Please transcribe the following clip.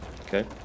okay